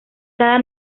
cada